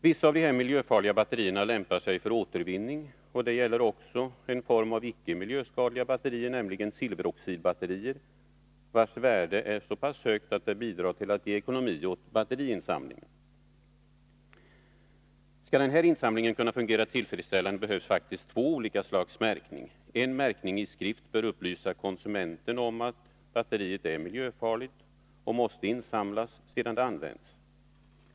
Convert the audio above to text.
Vissa av de miljöfarliga batterierna lämpar sig för återvinning, och det gäller också en form av icke miljöskadliga batterier, nämligen silveroxidbatterier, vilkas värde är så pass högt att de bidrar till att ge ekonomi åt batteriinsamling. Skall denna insamling kunna fungera tillfredsställande behövs faktiskt två olika slags märkning. En märkning i skrift bör upplysa konsumenten om att batteriet är miljöfarligt och måste insamlas sedan det använts.